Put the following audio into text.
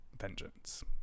vengeance